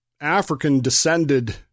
African-descended